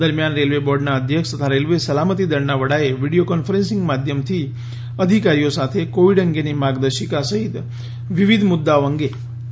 દરમ્યાન રેલ્વે બોર્ડનાં અધ્યક્ષ તથા રેલ્વે સલામતી દળનાં વડાએ વિડીયો કોન્ફરન્સીંગ માધ્યમથી અધિકારીઓ સાથે કોવિડ અંગેની માર્ગદર્શિકા સહિત વિવિધ મુદ્દાઓ અંગે વાતચીત કરી હતી